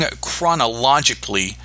chronologically